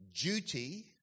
duty